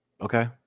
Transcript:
Okay